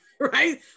right